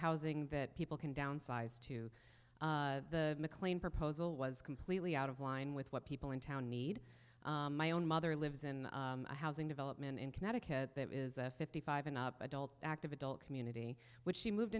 housing that people can downsize to the mclean proposal was completely out of line with what people in town need my own mother lives in a housing development in connecticut that is a fifty five dollars and up adult active adult community which she moved